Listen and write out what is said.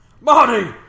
Marty